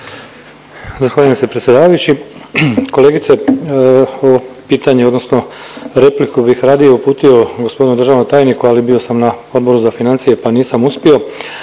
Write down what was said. Zahvaljujem se predsjedavajući. Kolegice, ovo pitanje odnosno repliku bih radije uputio g. državnom tajniku, ali bio sam na Odboru za financije, pa nisam uspio.